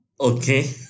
okay